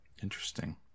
Interesting